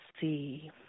see